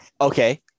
Okay